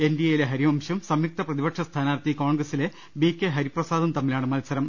എൻഡി എയിലെ ഹരിവംശും സംയുക്ത പ്രതിപക്ഷ സ്ഥാനാർത്ഥി കോൺഗ്രസിലെ ബി കെ ഹരിപ്രസാദും തമ്മിലാണ് മത്സരം